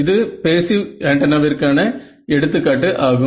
இது பேஸிவ் ஆண்டனாவிற்கான எடுத்து காட்டு ஆகும்